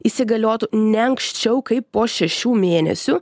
įsigaliotų ne anksčiau kaip po šešių mėnesių